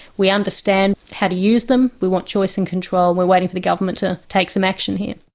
we understand how to use them, we want choice and control, we're waiting for the government to take some action here.